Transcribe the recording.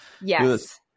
Yes